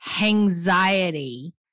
anxiety